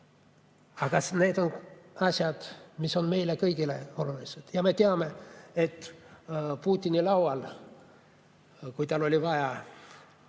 Aga need on asjad, mis on meile kõigile olulised. Me teame, et Putini laual, kui tal oli vaja